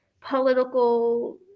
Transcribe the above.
political